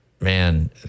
Man